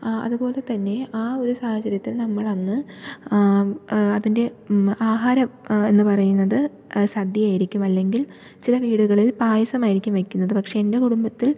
അതുപോലെ തന്നെ ആ ഒരു സാഹചര്യത്തിൽ നമ്മൾ അന്ന് അതിൻ്റെ ആഹാരം എന്നു പറയുന്നത് സദ്യ ആയിരിക്കും അല്ലെങ്കിൽ ചില വീടുകളിൽ പായസം ആയിരിക്കും വെക്കുന്നത് പക്ഷേ എൻ്റെ കുടുംബത്തിൽ